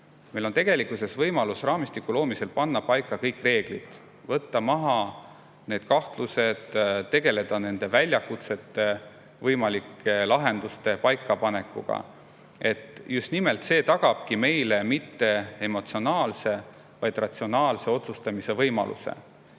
planeerinud. Meil on raamistiku loomisel võimalus panna paika kõik reeglid, võtta maha kahtlused ja tegeleda väljakutsete võimalike lahenduste paikapanekuga. Just nimelt see tagabki meile mitte emotsionaalse, vaid ratsionaalse otsustamise võimaluse.